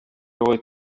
aurait